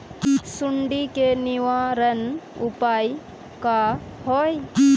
सुंडी के निवारण उपाय का होए?